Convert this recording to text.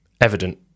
Evident